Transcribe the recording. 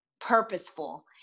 purposeful